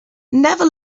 never